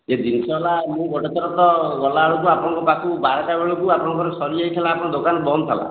ଏ ଜିନିଷ ହେଲା ମୁଁ ଗୋଟେ ଥର ତ ଗଲା ବେଳକୁ ଆପଣଙ୍କ ପାଖକୁ ବାରଟା ବେଳକୁ ଆପଣଙ୍କ ସରି ଯାଇଥିଲା ଆପଣଙ୍କ ଦୋକାନ ବନ୍ଦ ଥିଲା